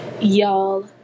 Y'all